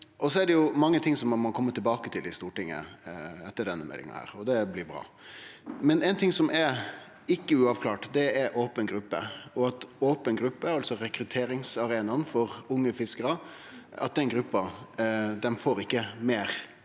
Det er mange ting ein må kome tilbake til i Stortinget etter denne meldinga, og det blir bra. Ein ting som ikkje er uavklart, er open gruppe og at open gruppe, altså rekrutteringsarenaen for unge fiskarar, ikkje får